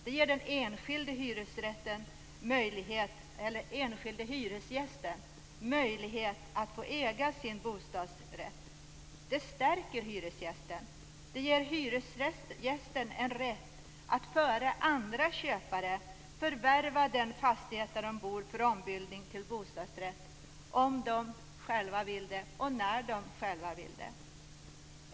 Det ger den enskilde hyresgästen möjlighet att äga sin bostad som bostadsrätt. Det stärker hyresgästen. Det ger hyresgästerna en rätt att före andra köpare förvärva den fastighet där de bor för ombildning till bostadsrätt om och när de själva vill det.